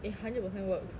it hundred percent works